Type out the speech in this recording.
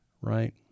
right